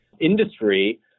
industry